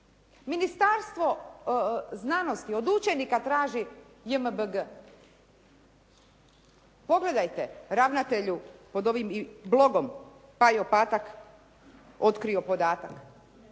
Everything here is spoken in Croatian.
Ministarstvo znanosti od učenika traži JMBG. Pogledajte ravnatelju pod ovim bologom, "Pajo Patak, otkrio podatak".